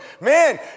man